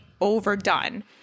overdone